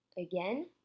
Again